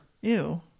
Ew